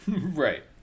Right